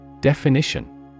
Definition